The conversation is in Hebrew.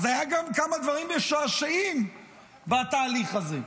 אז היו גם כמה דברים משעשעים בתהליך הזה.